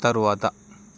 తరువాత